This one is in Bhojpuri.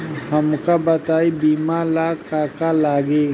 हमका बताई बीमा ला का का लागी?